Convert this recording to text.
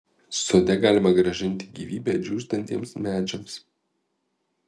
sode galima grąžinti gyvybę džiūstantiems medžiams